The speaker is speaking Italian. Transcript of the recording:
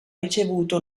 ricevuto